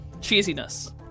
cheesiness